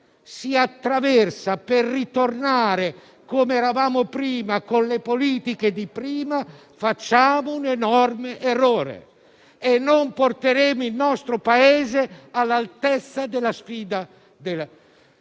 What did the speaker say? questa crisi per tornare come eravamo prima e con le politiche di prima, facciamo un enorme errore e non porteremo il nostro Paese all'altezza della sfida.